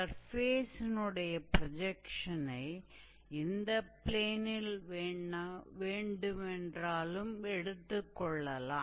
சர்ஃபேஸினுடைய ப்ரொஜெக்ஷனை எந்த ப்ளேனில் வேண்டுமானாலும் எடுத்துக் கொள்ளலாம்